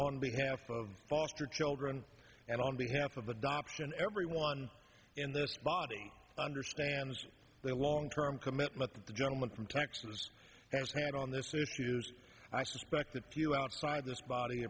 on behalf of foster children and on behalf of adoption everyone in this body understands that long term commitment that the gentleman from texas has made on this issues i suspect that few outside this body